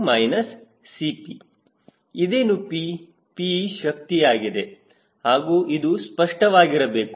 P ಶಕ್ತಿ ಆಗಿದೆ ಹಾಗೂ ಅದು ಸ್ಪಷ್ಟವಾಗಿರಬೇಕು